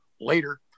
later